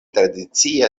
tradicia